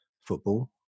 football